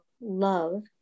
love